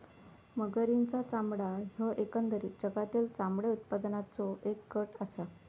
मगरींचा चामडा ह्यो एकंदरीत जगातील चामडे उत्पादनाचों एक गट आसा